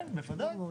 כן, בוודאי.